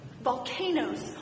volcanoes